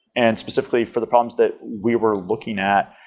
and specifically for the problems that we were looking at,